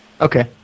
Okay